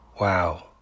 Wow